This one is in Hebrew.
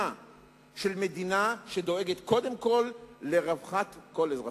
של מדינה שדואגת קודם כול לרווחת כל אזרחיה.